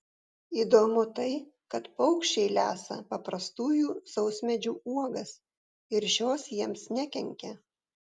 įdomu tai kad paukščiai lesa paprastųjų sausmedžių uogas ir šios jiems nekenkia